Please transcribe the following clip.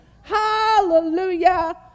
Hallelujah